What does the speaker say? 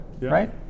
right